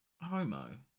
Homo